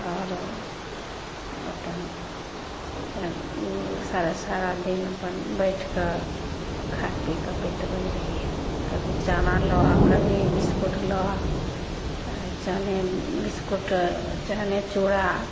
आओर अपन सारा सारा दिन अपन बैठ कऽ खा पी कऽ बीतबै रहियै कभी चना लऽ आ कभी बिस्कुट लऽ आ आइ चने बिस्कुट चने चूरा